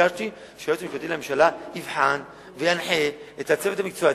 ביקשתי שהיועץ המשפטי לממשלה יבחן וינחה את הצוות המקצועי,